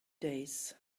days